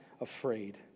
afraid